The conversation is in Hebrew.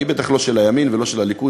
היא בטח לא של הימין ולא של הליכוד,